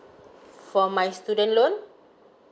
for my student loan